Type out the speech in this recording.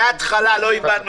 יואב,